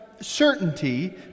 certainty